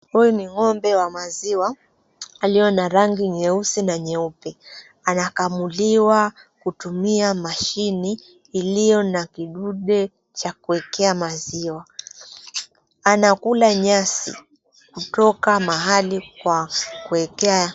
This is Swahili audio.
Huyu ni ng'ombe wa maziwa aliyo na rangi nyeupe na nyeusi anakamuliwa kutumia mashini iliyo na kidude cha kuekea maziwa anakula nyasi kutoka mahali kwa kueka.